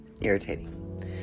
irritating